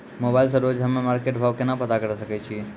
Mobile से रोजे हम्मे मार्केट भाव केना पता करे सकय छियै?